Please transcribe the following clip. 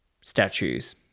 statues